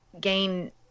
gain